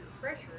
pressure